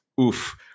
oof